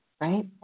right